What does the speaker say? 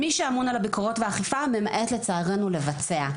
מי שאמון על הביקורות והאכיפה ממאן, לצערנו, לבצע.